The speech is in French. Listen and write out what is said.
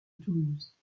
toulouse